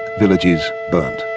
villages burnt.